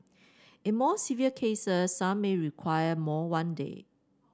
in more severe cases some may require more one day